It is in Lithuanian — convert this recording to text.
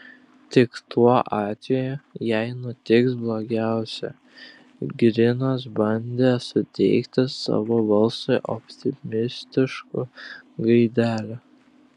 tik tuo atveju jei nutiks blogiausia grinas bandė suteikti savo balsui optimistiškų gaidelių